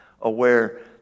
aware